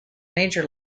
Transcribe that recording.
major